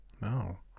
No